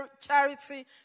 charity